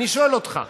אני שואל אותך.